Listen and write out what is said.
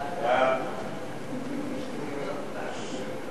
הפיקדון על מכלי משקה (תיקון מס' 4)